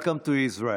Welcome to Israel.